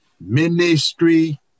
ministry